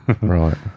Right